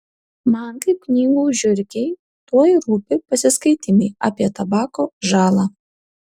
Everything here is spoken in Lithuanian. man kaip knygų žiurkei tuoj rūpi pasiskaitymai apie tabako žalą